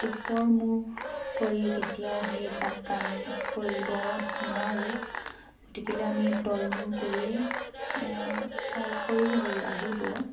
ওপৰ মূৰ কৰি কেতিয়াও সেইবিলাক কাম কৰিব নোৱাৰোঁ গতিকেলৈ আমি তল মূৰ কৰিয়েই কৰিব লাগিব